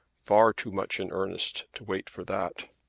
far too much in earnest, to wait for that.